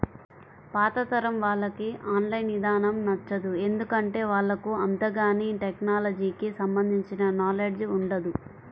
పాతతరం వాళ్లకి online ఇదానం నచ్చదు, ఎందుకంటే వాళ్లకు అంతగాని టెక్నలజీకి సంబంధించిన నాలెడ్జ్ ఉండదు